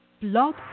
Blog